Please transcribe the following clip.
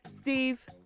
Steve